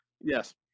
Yes